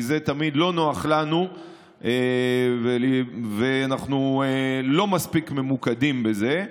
כי זה תמיד לא נוח לנו ואנחנו לא מספיק ממוקדים בזה,